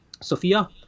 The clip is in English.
Sophia